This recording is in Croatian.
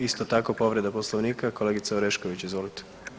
Isto tako povreda Poslovnika, kolegice Orešković izvolite.